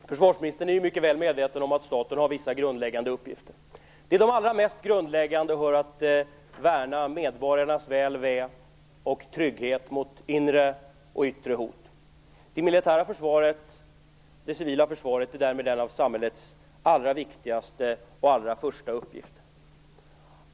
Herr talman! Försvarsministern är mycket väl medveten om att staten har vissa grundläggande uppgifter. Till de allra mest grundläggande hör att värna medborgarnas väl och ve och deras trygghet mot inre och yttre hot. Det militära försvaret och det civila försvaret är därmed bland samhällets allra viktigaste och allra främsta uppgifter.